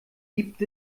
gibt